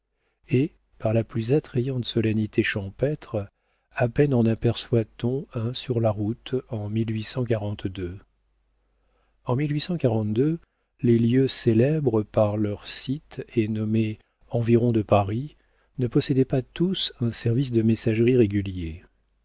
et par la plus attrayante solennité champêtre à peine en aperçoit on un sur la route en en les lieux célèbres par leurs sites et nommés environs de paris ne possédaient pas tous un service de messageries régulier